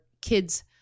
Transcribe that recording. kids